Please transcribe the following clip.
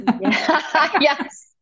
Yes